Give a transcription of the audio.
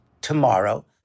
tomorrow